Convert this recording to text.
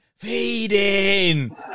Feeding